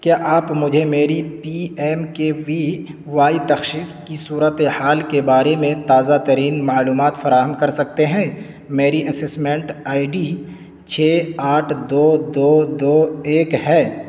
کیا آپ مجھے میری P M K V Y تشخیص کی صورت حال کے بارے میں تازہ ترین معلومات فراہم کر سکتے ہیں میری اسسمنٹ آئی ڈی چھ آٹھ دو دو دو ایک ہے